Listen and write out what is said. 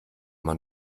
man